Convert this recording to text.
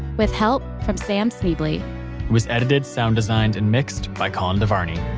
with help from sam schneble. it was edited, sound designed and mixed by colin devarney